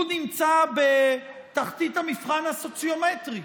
הוא נמצא בתחתית המבחן הסוציומטרי.